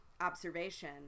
observation